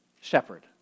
shepherd